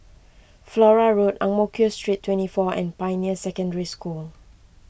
Flora Road Ang Mo Kio Street twenty four and Pioneer Secondary School